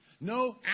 no